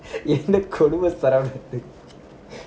என்ன கொடுமை சரவணன் இது:enna kodumai saravanan idhu